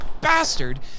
bastard